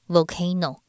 Volcano